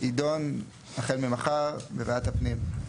ידון החל ממחר בוועדת הפנים.